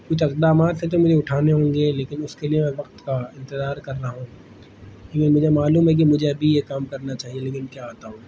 کچھ اقدامات ہیں جو مجھے اٹھانے ہوں گے لیکن اس کے لیے ہمیں وقت کا انتظار کرنا ہوگا کیوںکہ مجھے معلوم ہے کہ مجھے ابھی یہ کام کرنا چاہیے لیکن کیا بتاؤں